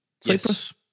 Cyprus